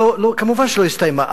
מובן שלא הסתיימה.